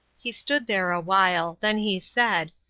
he stood there awhile then he said,